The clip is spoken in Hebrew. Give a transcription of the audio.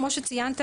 כמו שציינת,